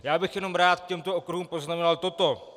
Já bych jenom rád k těmto okruhům poznamenal toto.